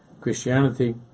Christianity